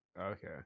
Okay